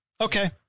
okay